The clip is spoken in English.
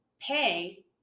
pay